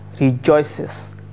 rejoices